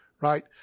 right